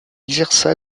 exerça